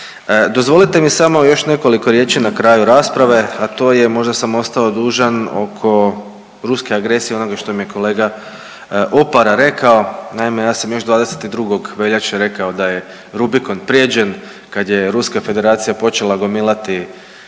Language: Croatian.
Dozvolite mi samo još nekoliko riječi na kraju rasprave, a to je možda sam ostao dužan oko ruske agresije onoga što mi je kolega Opara rekao. Naime, ja sam još 22. veljače rekao da je Rubikon prijeđen, kad je Ruska Federacija počela gomilati